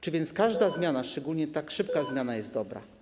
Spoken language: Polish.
Czy więc każda zmiana, szczególnie tak szybka, jest dobra?